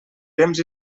temps